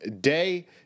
day